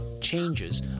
changes